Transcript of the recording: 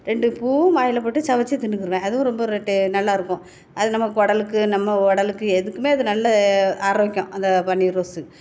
ரெண்டு பூவும் வாயில் போட்டு சுவச்சி தின்றுக்கிருவேன் அதுவும் ரொம்ப ரெட்டு நல்லா இருக்கும் அது நம்ம குடலுக்கு நம்ம உடலுக்கு எதுக்குமே அது நல்ல ஆரோக்கியம் அந்த பன்னீர் ரோஸு